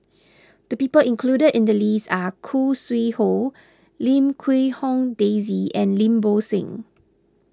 the people included in the list are Khoo Sui Hoe Lim Quee Hong Daisy and Lim Bo Seng